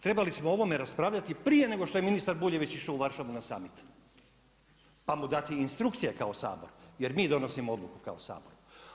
Trebali smo o ovome raspravljati prije nego što je ministar Buljević išao u Varšavu na summit pa mu dati instrukcije kao Sabor jer mi donosimo odluku kao Sabor.